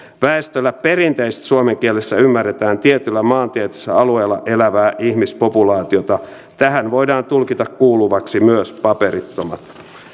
väestöllä perinteisesti suomen kielessä ymmärretään tietyllä maantieteellisellä alueella elävää ihmispopulaatiota tähän voidaan tulkita kuuluvaksi myös paperittomat